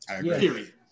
Period